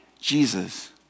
Jesus